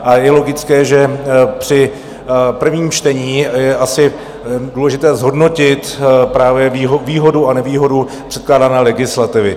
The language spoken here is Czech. A je logické, že při prvním čtení je asi důležité zhodnotit právě výhodu a nevýhodu předkládané legislativy.